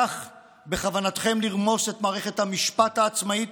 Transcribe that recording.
כך בכוונתכם לרמוס את מערכת המשפט העצמאית,